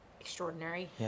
extraordinary